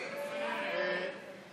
הסדרה,